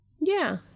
Yeah